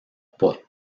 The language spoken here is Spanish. por